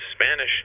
Spanish